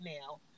now